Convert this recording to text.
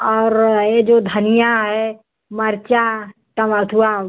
और ए जो धनिया है मिर्च टम अथवा